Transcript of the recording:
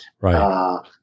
Right